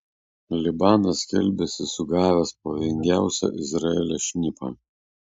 libanas skelbiasi sugavęs pavojingiausią izraelio šnipą